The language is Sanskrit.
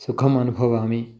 सुखम् अनुभवामि